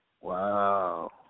Wow